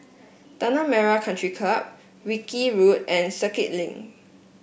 Tanah Merah Country Club Wilkie Road and Circuit Link